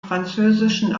französischen